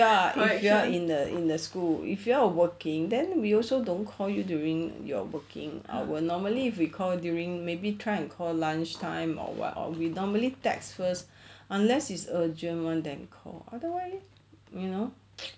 ya if you are in the in the school if you are working then we also don't call you during your working hour normally if we call during maybe try and call lunchtime or what or we normally text first unless it's urgent [one] than call otherwise you know